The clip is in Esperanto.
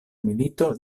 milito